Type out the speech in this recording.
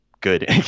good